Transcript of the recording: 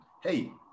hey